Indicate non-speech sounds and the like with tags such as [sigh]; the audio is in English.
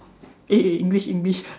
eh eh English English [breath]